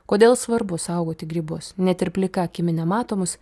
kodėl svarbu saugoti grybus net ir plika akimi nematomus